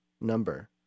number